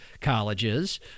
colleges